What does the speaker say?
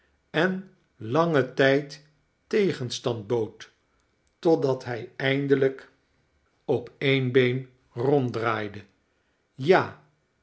en langen tijd tegenstand bood totdat hij eindelijk op een been ronddraaide ja